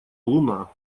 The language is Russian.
луна